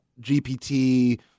GPT